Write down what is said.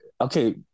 okay